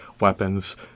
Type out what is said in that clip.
weapons